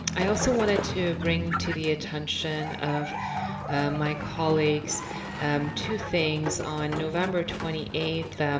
i also wanted to bring to the attention of my colleagues two things on november twenty eighth